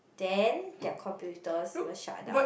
then their computers will shut down